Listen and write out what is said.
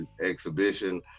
exhibition